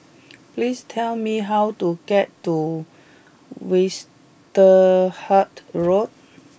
please tell me how to get to Westerhout Road